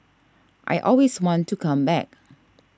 I always want to come back